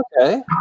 Okay